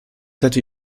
hätte